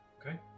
Okay